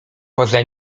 poza